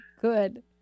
good